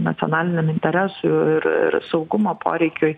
nacionaliniam interesų ir ir saugumo poreikiui